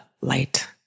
light